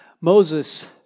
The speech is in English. Moses